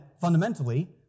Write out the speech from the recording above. fundamentally